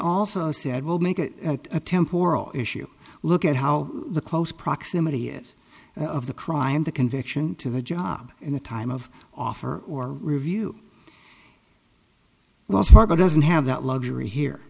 also said will make it a temporal issue look at how close proximity is of the crime the conviction to the job and the time of offer or review wells fargo doesn't have that luxury here